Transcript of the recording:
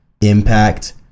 impact